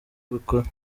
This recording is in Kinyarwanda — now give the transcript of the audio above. ubikora